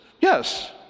yes